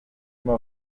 immer